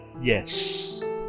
Yes